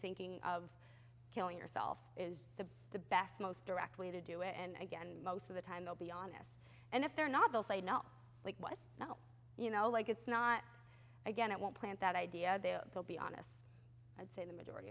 thinking of killing yourself is the the best most direct way to do it and again most of the time i'll be honest and if they're not they'll say not like what now you know like it's not again it won't plant that idea they will be honest i'd say the majority